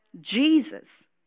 Jesus